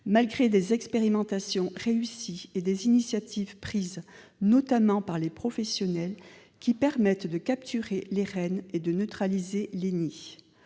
malgré des expérimentations réussies et des initiatives prises notamment par les professionnels, qui permettent de capturer les reines et de neutraliser les nids.